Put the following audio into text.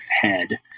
head